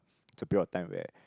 there's a period of time where